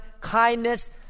kindness